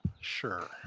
Sure